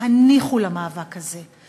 הניחו למאבק הזה.